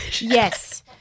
Yes